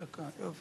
אדוני היושב-ראש,